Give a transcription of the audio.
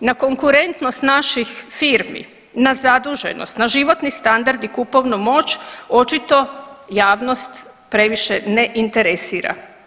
na konkurentnost naših firmi, na zaduženost, na životni standard i kupovnu moć, očito javnost previše ne interesira.